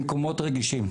במקומות רגישים.